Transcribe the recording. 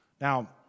Now